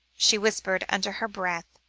she whispered under her breath,